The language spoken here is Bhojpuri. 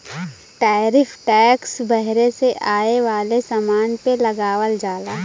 टैरिफ टैक्स बहरे से आये वाले समान पे लगावल जाला